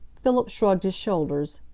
philip shrugged his shoulders.